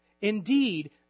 Indeed